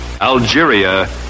Algeria